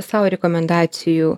savo rekomendacijų